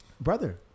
brother